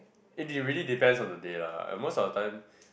it really depends on the day lah and most of the time